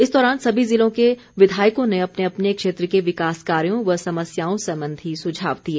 इस दौरान सभी जिलों के विधायकों ने अपने अपने क्षेत्र के विकास कार्यो व समस्याओं संबंधी सुझाव दिए